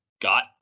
got